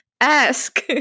ask